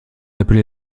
appelez